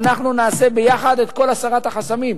ואנחנו נעשה ביחד את כל הסרת החסמים.